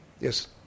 Yes